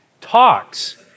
talks